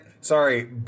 sorry